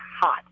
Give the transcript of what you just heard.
hot